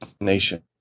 nation